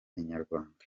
inyarwanda